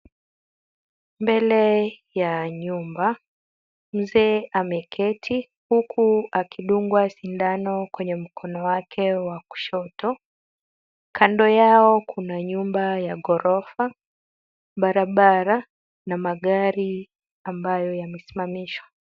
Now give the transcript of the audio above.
Mbele ya nyumba. Mzee ameketi huku akidungwa sindano kwenye mkono wake wa kushoto. Kando yao kuna nyumba ya ghorofa, barabara na magari ambayo yamesimamishwa.